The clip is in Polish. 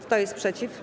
Kto jest przeciw?